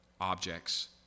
objects